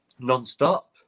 non-stop